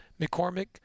McCormick